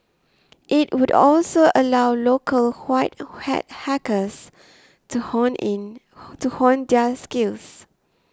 it would also allow local white hat hackers to hone in to hone their skills